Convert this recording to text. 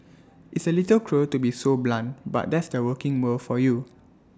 it's A little cruel to be so blunt but that's the working world for you